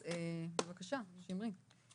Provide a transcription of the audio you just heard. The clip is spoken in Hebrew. שמרית,